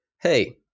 hey